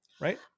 right